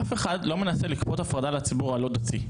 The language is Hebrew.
אף אחד לא מנסה לכפות הפרדה לציבור הלא דתי.